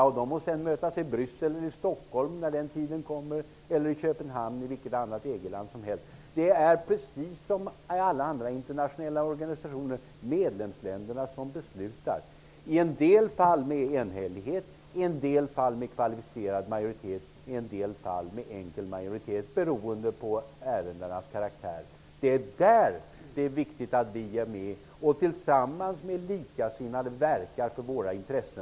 Sedan må de mötas i Bryssel, Stockholm, Köpenhamn eller i vilket EG-land som helst när den tiden kommer. Det är precis som beträffande alla andra internationella organisationer: det är medlemsländerna som beslutar. I en del fall krävs enhällighet, i andra fall kvalificerad eller enkel majoritet, beroende på ärendenas karaktär. Det är där som det är viktigt att vi är med och tillsammans med likasinnade verkar för våra intressen.